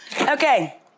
Okay